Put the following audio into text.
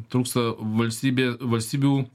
trūksta valstybė valstybių